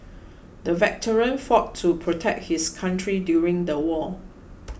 the veteran fought to protect his country during the war